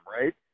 right